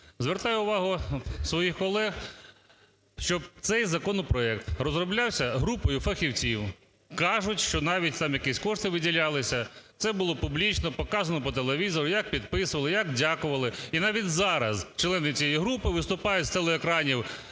Звертаю увагу своїх колег, що цей законопроект розроблявся групою фахівців. Кажуть, що навіть там якісь кошти виділялися. Це було публічно показано по телевізору, як підписували, як дякували. І навіть зараз члени цієї групи виступають з телеекранів